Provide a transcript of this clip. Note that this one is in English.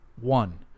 One